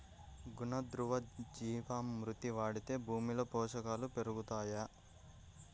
ఘన, ద్రవ జీవా మృతి వాడితే భూమిలో పోషకాలు పెరుగుతాయా?